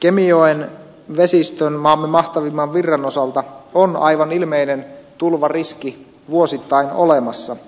kemijoen vesistön maamme mahtavimman virran osalta on aivan ilmeinen tulvariski vuosittain olemassa